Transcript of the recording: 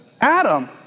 Adam